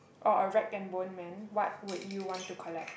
or a rag and bone man what would you want to collect